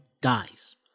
dies